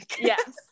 Yes